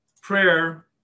Prayer